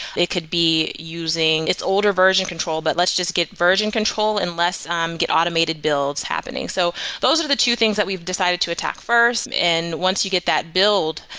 they could be using it's older version control, but let's just get version control and let's um get automated builds happening. so those are the two things that we've decided to attack first. and once you get that build,